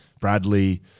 Bradley